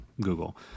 Google